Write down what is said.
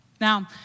Now